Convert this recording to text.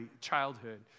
childhood